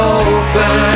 open